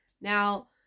Now